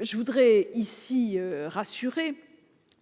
Je voudrais ici rassurer :